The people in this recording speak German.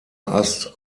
ast